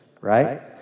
Right